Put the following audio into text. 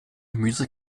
gemüse